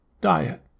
diet